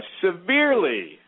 severely